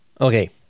Okay